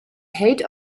height